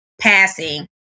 passing